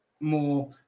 More